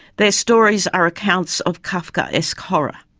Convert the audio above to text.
their stories are accounts of kafkaesque horror.